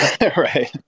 Right